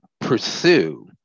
pursue